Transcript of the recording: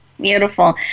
Beautiful